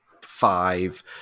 five